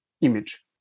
image